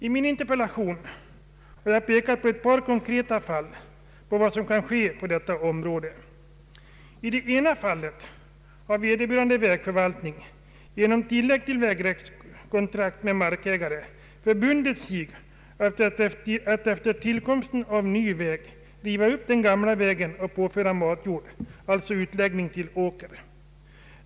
I min interpellation har jag pekat på ett par konkreta fall som belyser vad som kan ske på detta område. I det ena fallet har vederbörande vägförvaltning genom tillägg till vägrättskontrakt med markägaren förbundit sig att efter tillkomsten av ny väg riva upp den gamla vägen och påföra matjord — alltså utläggning till åker.